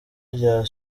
rya